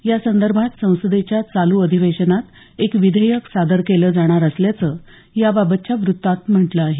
या संदर्भात संसदेच्या चालू अधिवेशनात एक विधेयक सादर केलं जाणार असल्याचं याबाबतच्या वृत्तात म्हटलं आहे